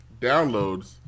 downloads